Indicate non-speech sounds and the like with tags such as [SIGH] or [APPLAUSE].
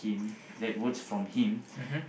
[BREATH] mmhmm